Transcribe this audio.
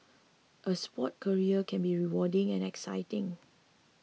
a sports career can be rewarding and exciting